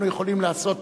אנחנו יכולים לעשות